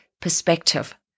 perspective